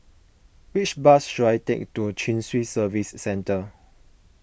which bus should I take to Chin Swee Service Centre